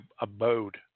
abode